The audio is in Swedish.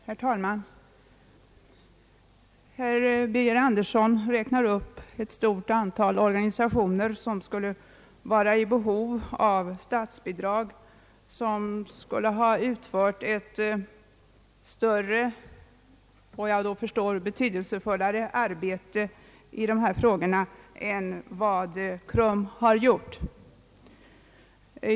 Herr talman! Herr Birger Andersson räknar här upp ett stort antal organisationer som skulle vara i behov av statsbidrag och som skulle ha utfört ett större och enligt vad jag förstår betydelsefullare arbete i dessa frågor än vad KRUM har gjort.